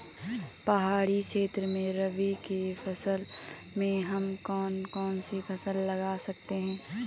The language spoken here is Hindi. पहाड़ी क्षेत्रों में रबी के मौसम में हम कौन कौन सी फसल लगा सकते हैं?